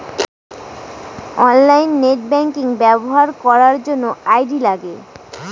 online net banking ব্যবহার করার জন্য আই.ডি লাগে